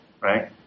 right